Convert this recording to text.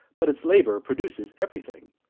but it's labour produces everything.